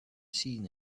seen